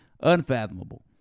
Unfathomable